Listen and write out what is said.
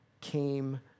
came